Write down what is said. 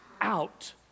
out